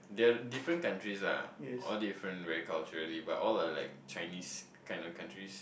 they're different countries ah all different very culturally but all are like Chinese kind of countries